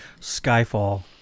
Skyfall